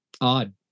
odd